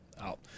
out